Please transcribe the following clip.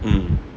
mm